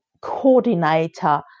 coordinator